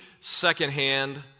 secondhand